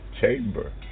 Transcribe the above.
chamber